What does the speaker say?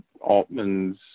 altman's